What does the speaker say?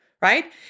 right